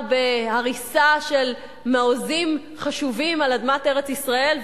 בהריסה של מעוזים חשובים על אדמת ארץ-ישראל,